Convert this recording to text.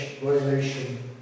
violation